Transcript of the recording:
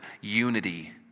unity